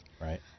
Right